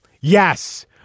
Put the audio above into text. Yes